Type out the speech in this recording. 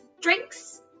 drinks